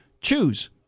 choose